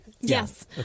Yes